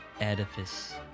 edifice